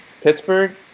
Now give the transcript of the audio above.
Pittsburgh